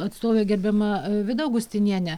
atstovė gerbiama vida augustinienė